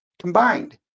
combined